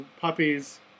puppies